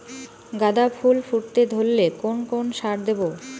গাদা ফুল ফুটতে ধরলে কোন কোন সার দেব?